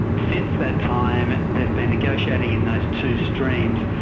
since that time there's been negotiating in those two streams,